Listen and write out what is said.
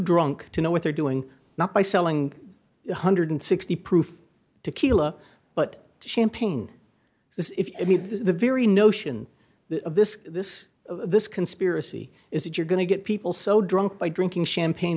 drunk to know what they're doing not by selling one hundred and sixty proof tequila but champagne this is the very notion of this this this conspiracy is if you're going to get people so drunk by drinking champagne